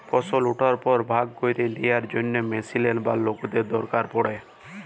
ফসল উঠার পর ভাগ ক্যইরে লিয়ার জ্যনহে মেশিলের বা লকদের দরকার পড়ে